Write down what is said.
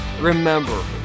Remember